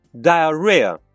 diarrhea